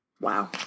Wow